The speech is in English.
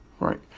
Right